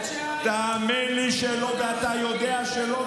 תאמין לי שלא, ואתה יודע שלא.